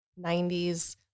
90s